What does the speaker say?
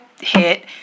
hit